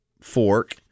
Fork